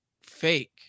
fake